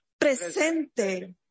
Presente